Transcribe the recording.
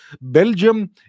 Belgium